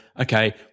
okay